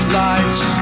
lights